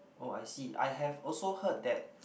oh I see I have also heard that